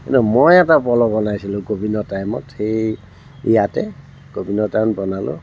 কিন্তু মই এটা পল বনাইছিলোঁ কভিডৰ টাইমত সেই ইয়াতে কভিডৰ টাইমত বনালোঁ